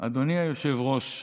אדוני היושב-ראש,